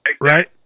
Right